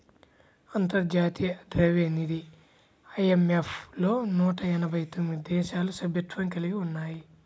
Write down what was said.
అంతర్జాతీయ ద్రవ్యనిధి ఐ.ఎం.ఎఫ్ లో నూట ఎనభై తొమ్మిది దేశాలు సభ్యత్వం కలిగి ఉన్నాయి